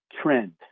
trend